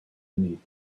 beneath